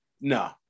No